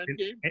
Endgame